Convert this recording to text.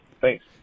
thanks